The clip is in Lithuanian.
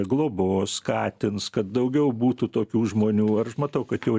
globos skatins kad daugiau būtų tokių žmonių ar aš matau kad jau